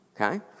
okay